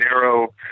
narrow